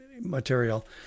material